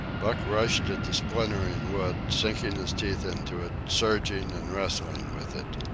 buck rushed at the splintering wood, sinking his teeth into it, surging and wrestling with it.